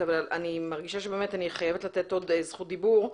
מרגישה שאני חייבת לתת עוד זכות דיבור.